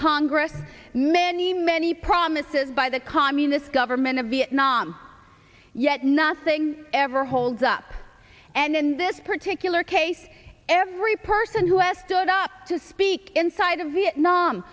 congress many many promises by the communist government of vietnam yet nothing ever holds up and in this particular case every person who estimate up to speak inside a vietnam